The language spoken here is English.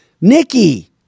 Nikki